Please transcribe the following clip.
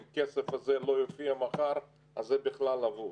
אם הכסף הזה לא יופיע מחר, אז זה בכלל אבוד.